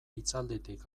hitzalditik